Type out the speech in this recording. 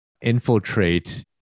infiltrate